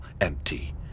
empty